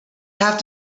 have